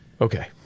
Okay